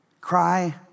cry